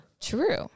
True